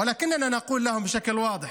אך אנו אומרים להם באופן ברור: